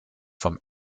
vom